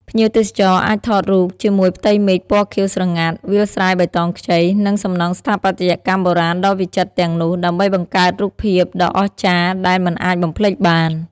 ភ្ញៀវទេសចរអាចថតរូបជាមួយផ្ទៃមេឃពណ៌ខៀវស្រងាត់ វាលស្រែបៃតងខ្ចី និងសំណង់ស្ថាបត្យកម្មបុរាណដ៏វិចិត្រទាំងនោះដើម្បីបង្កើតរូបភាពដ៏អស្ចារ្យដែលមិនអាចបំភ្លេចបាន។